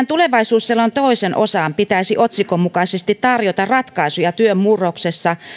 tulevaisuusselonteon toisen osan pitäisi otsikon mukaisesti tarjota ratkaisuja työn murroksessa